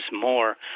more